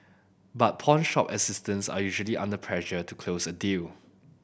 but pawnshop assistants are usually under pressure to close a deal